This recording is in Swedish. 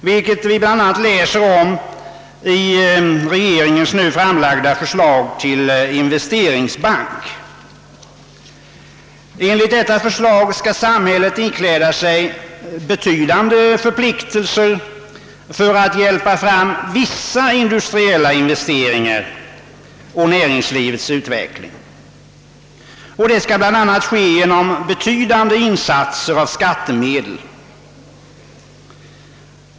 Enligt regeringens nu framlagda förslag till investeringsbank skall samhället ikläda sig betydande förpliktelser för att hjälpa fram vissa industriella investeringar och näringslivets utveckling, och detta skall bl.a. ske genom betydande insatser av skattemedel.